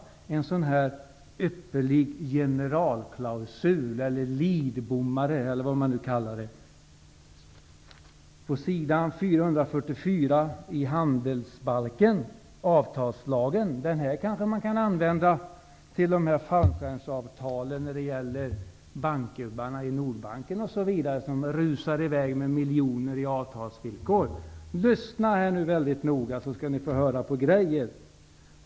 Det gäller en ypperlig generalklausul -- Lidbommare, eller vad det nu kallas. På s. 444 finns handelsbalkens avtalslag -- och den kan kanske användas när det gäller fallskärmsavtalen för bankgubbarna i Nordbanken t.ex., som rusar i väg med miljoner genom sina avtalsvillkor. Lyssna nu väldigt noga, så skall ni få höra på ''grejer''.